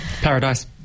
Paradise